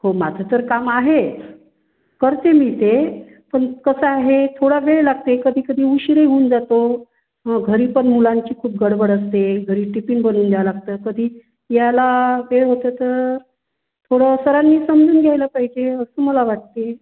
हो माझं तर काम आहेच करते मी ते पण कसं आहे थोडा वेळ लागते कधी कधी उशीरही होऊन जातो घरी पण मुलांची खूप गडबड असते घरी टिफिन बनवून द्यावं लागतं कधी यायला वेळ होतो तर थोडं सरांनी समजून घ्यायला पाहिजे असं मला वाटते